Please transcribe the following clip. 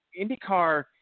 IndyCar